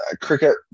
cricket